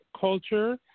culture